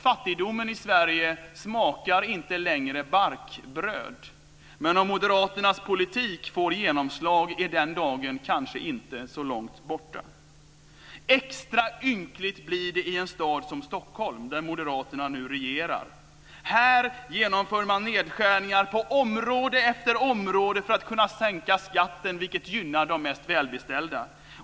Fattigdomen i Sverige smakar inte längre barkbröd, men om Moderaternas politik får genomslag är den dagen kanske inte så långt borta. Extra ynkligt blir det i en stad som Stockholm, där Moderaterna nu regerar. Här genomför man nedskärningar på område efter område för att kunna sänka skatten, vilket gynnar de mest välbeställda.